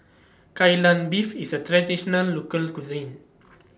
Kai Lan Beef IS A Traditional Local Cuisine